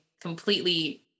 completely